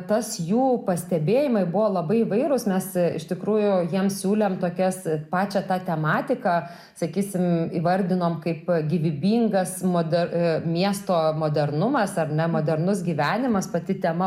tas jų pastebėjimai buvo labai įvairūs mes iš tikrųjų jiems siūlėm tokias pačią tą tematiką sakysim įvardinom kaip gyvybingas moder miesto modernumas ar ne modernus gyvenimas pati tema